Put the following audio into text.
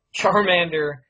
Charmander